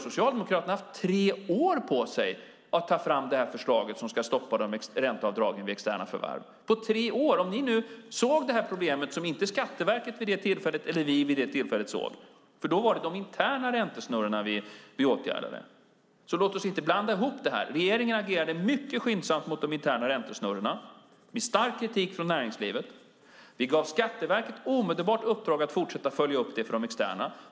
Socialdemokraterna har ju haft tre år på sig att ta fram det förslag som ska stoppa ränteavdragen vid externa förvärv - tre år, om ni nu såg det här problemet som inte Skatteverket eller vi vid det tillfället såg, för då var det de interna räntesnurrorna vi åtgärdade. Låt oss inte blanda ihop det här. Regeringen agerade mycket skyndsamt mot de interna räntesnurrorna under stark kritik från näringslivet. Vi gav Skatteverket omedelbart i uppdrag att fortsätta följa upp detta för de externa.